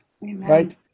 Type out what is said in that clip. Right